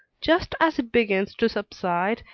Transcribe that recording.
just as it begins to subside,